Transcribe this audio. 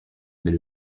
del